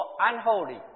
unholy